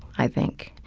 i think.